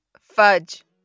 Fudge